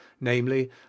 namely